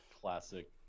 Classic